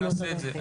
נעשה את זה.